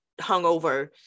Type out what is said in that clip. hungover